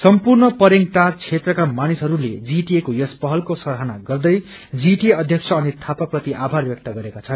ससम्पूर्ण परेङ टार क्षेत्रका मानिसहरूले जीटिए को यस पहलको सराहना गर्दै जीटिए अध्यक्ष अनित थापा प्रति आभार व्यक्त गरेका छन्